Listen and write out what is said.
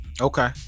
Okay